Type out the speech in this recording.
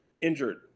injured